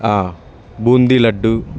boondi laddu